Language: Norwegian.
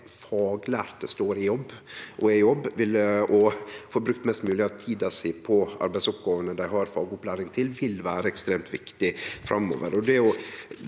faglærte står i jobb og får brukt mest mogleg av tida si på arbeidsoppgåvene dei har fagopplæring til, vil vere ekstremt viktig framover.